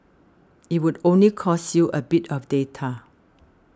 it would only cost you a bit of data